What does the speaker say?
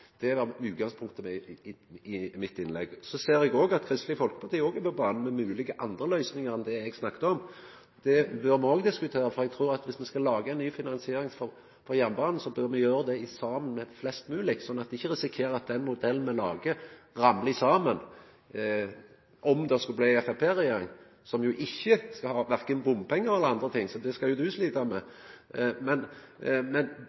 Det var utgangspunktet i mitt innlegg. Så ser eg òg at Kristeleg Folkeparti er på banen med andre moglege løysingar enn dei eg snakka om. Dei bør me òg diskutera, for eg trur at viss me skal laga ei ny finansieringsform for jernbanen, bør me gjera det saman med flest mogleg, slik at me ikkje risikerer at den modellen me lagar, ramlar saman. Om det skulle bli Framstegsparti-regjering, som ikkje skal ha verken bompengar eller andre ting, må representanten slita med